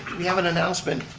we have an announcement.